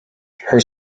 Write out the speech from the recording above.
her